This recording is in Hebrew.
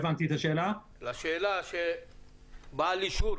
ש "בעל האישור